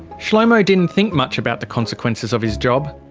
shlomo didn't think much about the consequences of his job.